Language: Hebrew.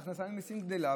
וההכנסה ממיסים גדלה,